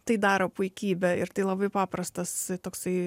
tai daro puikybė ir tai labai paprastas toksai